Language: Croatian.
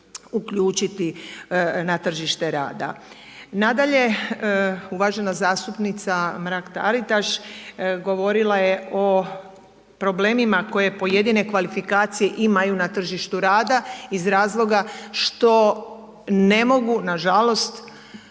uključiti na tržište rada. Nadalje, uvažena zastupnica Mrak Taritaš govorila je o problemima koje pojedine kvalifikacije imaju na tržištu rada iz razloga što ne mogu nažalost